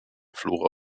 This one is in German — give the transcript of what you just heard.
flora